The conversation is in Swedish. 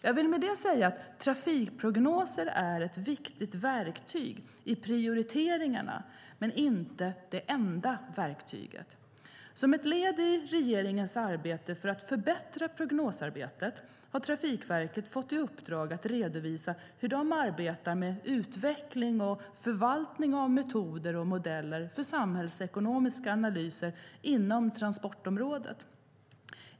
Jag vill med det säga att trafikprognoser är ett viktigt verktyg i prioriteringarna men inte det enda verktyget. Som ett led i regeringens arbete för att förbättra prognosarbetet har Trafikverket fått i uppdrag att redovisa hur de arbetar med utveckling och förvaltning av metoder och modeller för samhällsekonomiska analyser inom transportområdet.